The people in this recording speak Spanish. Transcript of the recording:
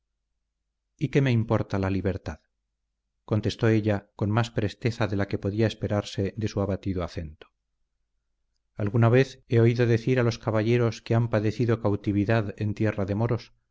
y qué me importa la libertad contestó ella con más presteza de la que podía esperarse de su abatido acento alguna vez he oído decir a caballeros que han padecido cautividad en tierra de moros